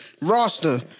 Roster